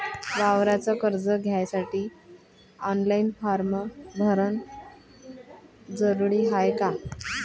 वावराच कर्ज घ्यासाठी ऑनलाईन फारम भरन जरुरीच हाय का?